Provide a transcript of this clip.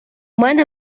мене